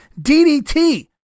DDT